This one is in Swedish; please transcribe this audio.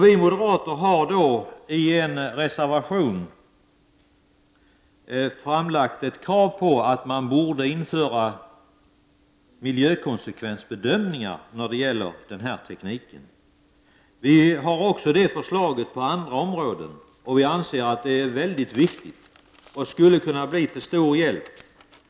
Vi moderater har i en reservation framfört ett krav på att man borde införa miljökonsekvensbedömningar när det gäller denna teknik. Vi har samma förslag när det gäller andra områden, och vi anser att det är viktigt med miljökonsekvensbedömningar som skulle kunna vara till stor hjälp.